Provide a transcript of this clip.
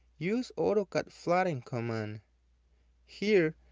use autocad flatten command here,